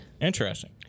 Interesting